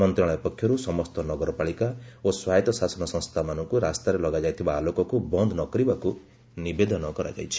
ମନ୍ତ୍ରଶାଳୟ ପକ୍ଷରୁ ସମସ୍ତ ନଗରପାଳିକା ଓ ସ୍ୱାୟତ ଶାସନ ସଂସ୍ଥାମାନଙ୍କୁ ରାସ୍ତାରେ ଲଗାଯାଇଥିବା ଆଲୋକାକୁ ବନ୍ଦ ନ କରିବାକୁ ନିବେଦନ କରାଯାଇଛି